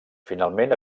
finalment